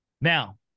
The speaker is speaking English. Now